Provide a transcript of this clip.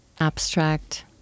Abstract